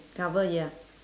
cover ya